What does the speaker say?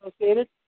associated